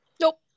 Nope